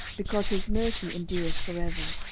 because his mercy endureth for ever,